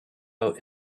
out